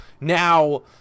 now